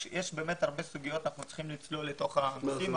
יש הרבה סוגיות ואנחנו צריכים לצלול לתוכן.